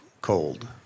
cold